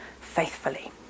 faithfully